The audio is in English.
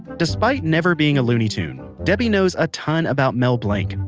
despite never being a looney tune, debi knows a ton about mel blanc.